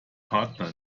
partner